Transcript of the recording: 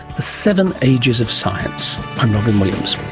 seven ages of science. i'm robyn williams